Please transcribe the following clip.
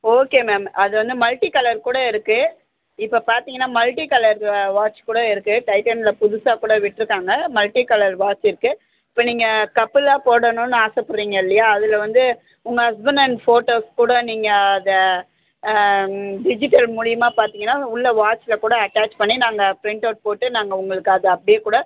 okay ma'am அது வந்து multi colour கூட இருக்குது இப்போ பார்த்திங்கனா மல்டி கலர் வாட்ச் கூட இருக்குது டைட்டனில் புதுசாக கூட விட்டுருக்காங்க மல்டி கலர் வாட்ச் இருக்குது இப்போ நீங்கள் கப்புளாக போடணுன்னு ஆசைப்பட்றீங்க இல்லையா அதில் வந்து உங்கள் ஹஸ்பண்ட்டண்ட் ஃபோட்டோ கூட நீங்கள் அதை டிஜிட்டல் மூலிமா பார்த்திங்கனா உள்ள வாட்சில் கூட அட்டாச் பண்ணி நாங்கள் ப்ரிண்ட் அவுட் போட்டு நாங்கள் உங்களுக்கு அதை அப்படியே கூட